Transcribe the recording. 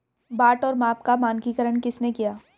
बाट और माप का मानकीकरण किसने किया?